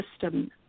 system